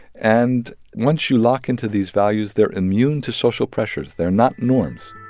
and once you lock into these values, they're immune to social pressures. they're not norms